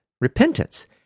Repentance